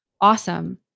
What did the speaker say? awesome